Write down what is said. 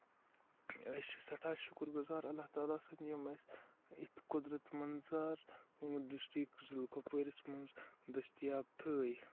أسۍ چھِ سٮ۪ٹھاہ شُکُر گُزار اللہ تعالٰی سٕندِ یِم اَسہِ یِم قُدرَت منظار ڈِسٹرک کۄپوارِس منٛز دٔستِیاب تھٲے